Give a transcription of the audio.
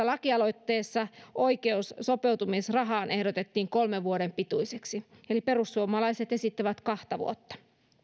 lakialoitteessa oikeus sopeutumisrahaan ehdotettiin kolmen vuoden pituiseksi eli perussuomalaiset esittävät kahta vuotta